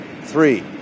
Three